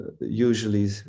usually